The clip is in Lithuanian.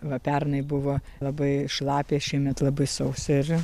va pernai buvo labai šlapia šiemet labai sausi